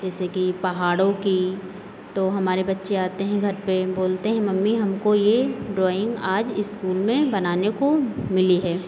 जैसे कि पहाड़ों की तो हमारे बच्चे आते हैं घर पे बोलते हैं मम्मी हमको ये ड्राइंग आज इस्कूल में बनाने को मिली है